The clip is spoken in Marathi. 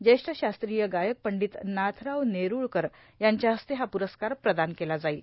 ज्येष्ठ शास्त्रीय गायक पंडित नाथराव नेरळकर यांच्या हस्ते हा प्रस्कार प्रदान केला जाईल